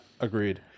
agreed